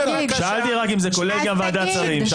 שאלתי רק אם זה כולל גם ועדת שרים.